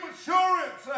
assurance